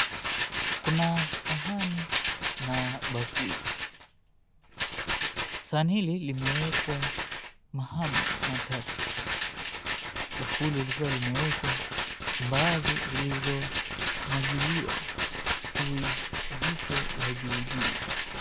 Kuna sahani na bakuli. Sahani hili limewekwa mahamri matatu. Bakuli likiwa limewekwa mbaazi zilizomwagiliwa tui zito la juujuu.